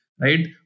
Right